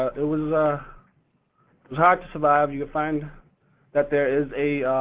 ah it was ah it was hard to survive. you find that there is a